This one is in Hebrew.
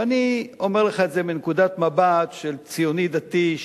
ואני אומר לך את זה מנקודת מבט של ציוני דתי,